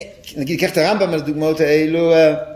נגיד קח את הרמבם על הדוגמאות האלו